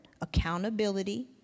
accountability